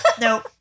nope